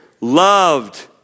Loved